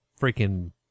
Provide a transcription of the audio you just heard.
freaking